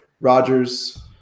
Rogers